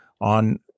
on